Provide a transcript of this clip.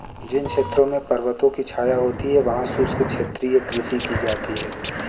जिन क्षेत्रों में पर्वतों की छाया होती है वहां शुष्क क्षेत्रीय कृषि की जाती है